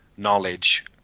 knowledge